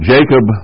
Jacob